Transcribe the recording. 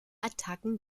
attacken